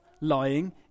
lying